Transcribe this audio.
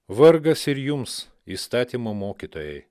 vargas ir jums įstatymo mokytojai